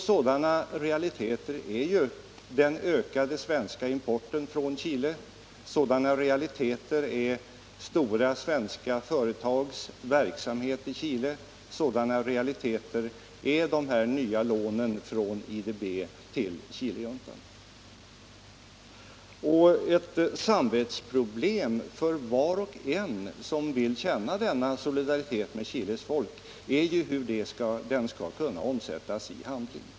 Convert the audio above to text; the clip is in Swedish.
Sådana realiteter är den ökade svenska importen från Chile, stora svenska företags verksamhet i Chile och de nya lånen från IDB till Chilejuntan. Ett samvetsproblem för var och en som vill känna denna solidaritet med Chiles folk är hur den skall kunna omsättas i handling.